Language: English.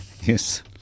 Yes